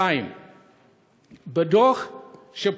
2. בדוח שפורסם